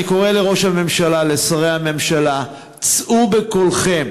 אני קורא לראש הממשלה, לשרי הממשלה: צאו בקולכם,